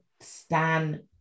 stand